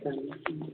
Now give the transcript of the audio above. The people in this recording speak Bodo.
जागोन